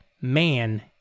Man